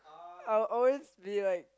I'll always be like